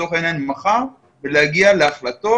לצורך העניין מחר, ולהגיע להחלטות.